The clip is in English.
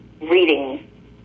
reading